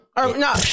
No